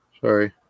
Sorry